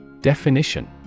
Definition